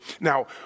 Now